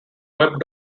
web